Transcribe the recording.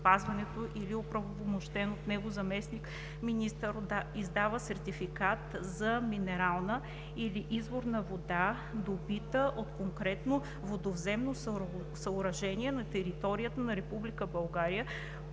или оправомощен от него заместник-министър издава сертификат за минерална или изворна вода, добита от конкретно водовземно съоръжение на територията на